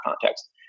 context